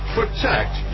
protect